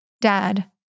Dad